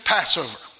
Passover